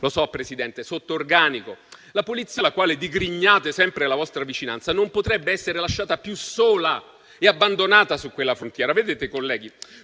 e gli operatori sotto-organico. La Polizia, alla quale digrignate sempre la vostra vicinanza, non potrebbe essere lasciata più sola e abbandonata su quella frontiera. Colleghi,